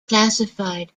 classified